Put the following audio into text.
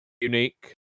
unique